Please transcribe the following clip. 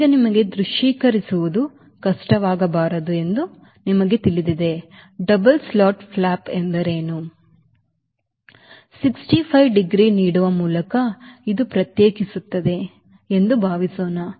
ಈಗ ನಿಮಗೆ ದೃಶ್ಯೀಕರಿಸುವುದು ಕಷ್ಟವಾಗಬಾರದು ಎಂದು ನಿಮಗೆ ತಿಳಿದಿದೆ ಡಬಲ್ ಸ್ಲಾಟ್ಡ್ ಫ್ಲಾಪ್ ಎಂದರೇನು 65 ಡಿಗ್ರಿ ನೀಡುವ ಮೂಲಕ ಇದು ಪ್ರತ್ಯೇಕಿಸುತ್ತದೆ ಎಂದು ಭಾವಿಸೋಣ